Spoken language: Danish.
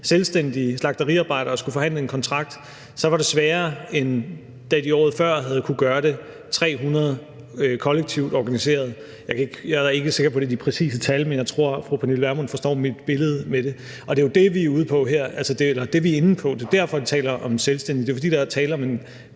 selvstændige slagteriarbejdere og skulle forhandle en kontrakt, var det sværere, end da de året før havde kunnet gøre det – 300 kollektivt organiserede. Jeg er ikke sikker på det præcise tal, men jeg tror, at fru Pernille Vermund forstår mit billede med det. Og det er jo det, vi er inde på her, og derfor, man taler om selvstændige – fordi der er tale om en